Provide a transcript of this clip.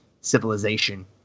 civilization